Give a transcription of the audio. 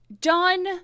done